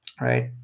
right